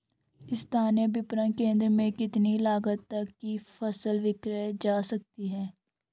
स्थानीय विपणन केंद्र में कितनी लागत तक कि फसल विक्रय जा सकती है?